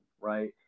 Right